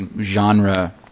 genre